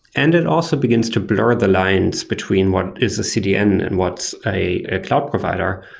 and it also begins to blur the lines between what is a cdn and what's a cloud provider.